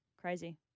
Crazy